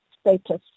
status